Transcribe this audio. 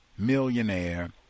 millionaire